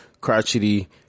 crotchety